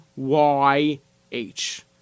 YH